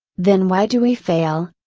then why do we fail?